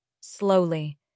Slowly